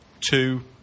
two